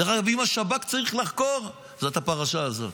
דרך אגב, אם השב"כ צריך לחקור, אז את הפרשה הזאת.